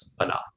enough